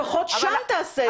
לפחות שם תעשה את זה.